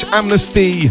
amnesty